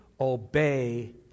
obey